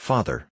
Father